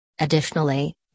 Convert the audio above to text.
Additionally